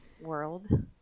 world